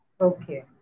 Okay